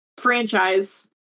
franchise